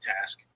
task